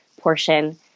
portion